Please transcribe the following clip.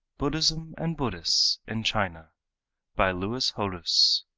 buddhism and buddhists in china by lewis hodous,